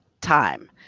time